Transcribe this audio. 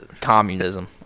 communism